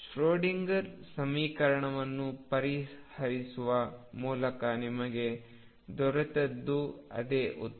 Schrodinger ಸಮೀಕರಣವನ್ನು ಪರಿಹರಿಸುವ ಮೂಲಕ ನಮಗೆ ದೊರೆತದ್ದು ಅದೇ ಉತ್ತರ